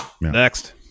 Next